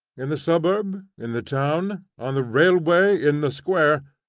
in the suburb, in the town, on the railway, in the square,